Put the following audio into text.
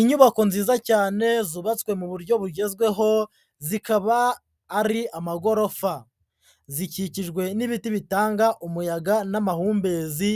Inyubako nziza cyane zubatswe mu buryo bugezweho, zikaba ari amagorofa, zikikijwe n'ibiti bitanga umuyaga n'amahumbezi,